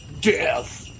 Death